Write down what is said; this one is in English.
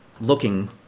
looking